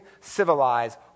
civilize